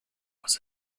was